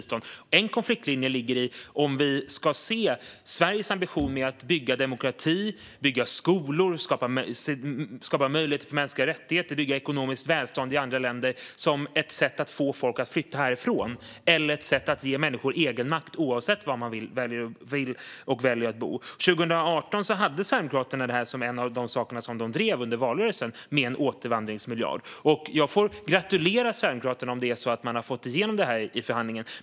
Ska vi se Sveriges ambition när det gäller att bygga demokrati, bygga skolor och skapa möjligheter för mänskliga rättigheter och bygga ekonomiskt välstånd i andra länder som ett sätt att få folk att flytta härifrån eller som ett sätt att ge människor egenmakt oavsett var man väljer att bo? År 2018 var en återvandringsmiljard en av de saker som Sverigedemokraterna drev i valrörelsen. Jag får gratulera Sverigedemokraterna om det är så att de har fått igenom det i förhandlingen.